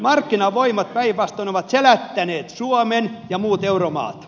markkinavoimat päinvastoin ovat selättäneet suomen ja muut euromaat